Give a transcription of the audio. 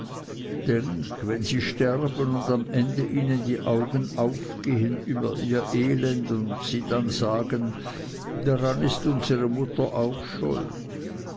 denk wenn sie sterben und am ende ihnen die augen aufgehen über ihr elend und sie dann sagen daran ist unsere mutter auch schuld